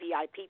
VIP